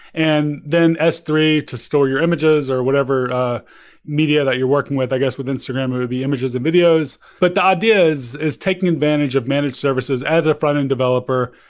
and then s three to store your images, or whatever media that you're working with, i guess with instagram, would be images and videos but the idea is is taking advantage of managed services as a frontend developer,